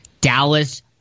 Dallas